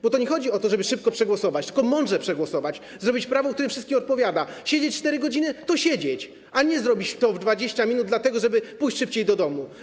Bo nie chodzi o to, żeby szybko przegłosować, tylko mądrze przegłosować, zrobić prawo, które wszystkim odpowiada, siedzieć 4 godziny - to siedzieć, a nie zrobić to w 20 minut, żeby szybciej pójść do domu.